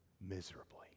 miserably